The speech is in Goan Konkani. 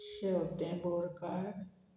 शेवतें बोरकार